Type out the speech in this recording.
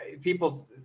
people